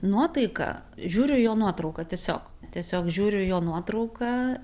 nuotaiką žiūriu į jo nuotrauką tiesiog tiesiog žiūriu į jo nuotrauką